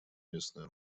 местное